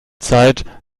zeit